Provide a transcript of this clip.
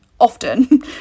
often